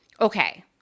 Okay